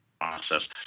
process